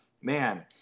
man